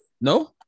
No